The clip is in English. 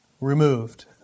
removed